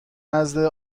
نزد